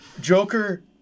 Joker